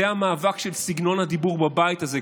זה המאבק על סגנון הדיבור בבית הזה.